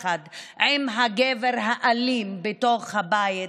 והן נשארו יחד עם הגבר האלים בתוך הבית,